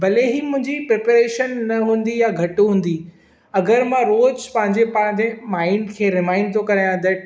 भले ई मुंहिंजी प्रपेरेशन न हूंदी या घटि हूंदी अगरि मां रोज पंहिंजे पंहिंजे माइंड खे रिमाइंड थो करायां दैट